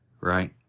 Right